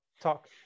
talk